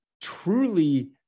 truly